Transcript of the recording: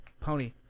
Pony